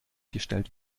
gestellt